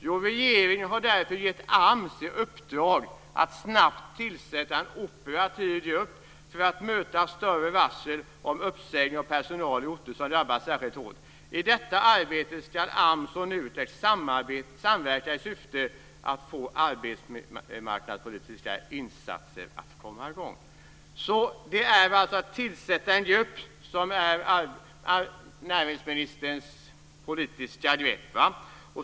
Jo, regeringen har därför gett AMS i uppdrag att snabbt tillsätta en operativ grupp för att möta större varsel om uppsägning av personal i orter som drabbas särskilt hårt. I detta arbete ska AMS och NUTEK samverka i syfte att få arbetsmarknadspolitiska insatser att komma i gång. Det är alltså att tillsätta en grupp som är näringsministerns politiska grepp.